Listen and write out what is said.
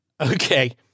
Okay